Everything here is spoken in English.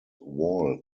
wall